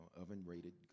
oven-rated